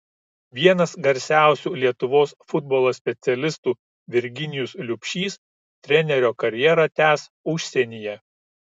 vienas garsiausių lietuvos futbolo specialistų virginijus liubšys trenerio karjerą tęs užsienyje